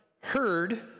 heard